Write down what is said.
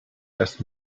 erst